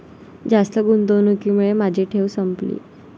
जास्त गुंतवणुकीमुळे माझी ठेव संपली